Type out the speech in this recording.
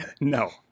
No